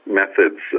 methods